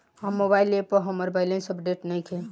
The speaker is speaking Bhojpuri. हमर मोबाइल ऐप पर हमर बैलेंस अपडेट नइखे